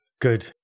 good